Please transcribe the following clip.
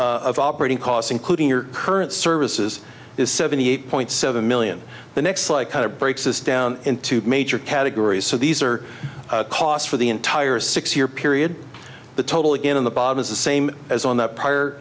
of operating cost including your current services is seventy eight point seven million the next like kind of breaks us down into major categories so these are costs for the entire six year period the total in the bottom is the same as on the prior